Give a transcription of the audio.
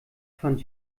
fand